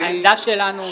העמדה שלנו,